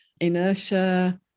inertia